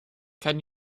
can